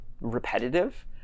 repetitive